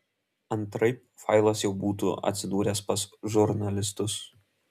antraip failas jau būtų atsidūręs pas žurnalistus